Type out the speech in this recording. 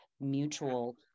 mutual